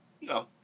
No